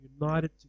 united